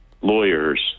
lawyers